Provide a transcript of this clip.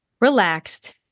relaxed